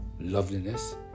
loveliness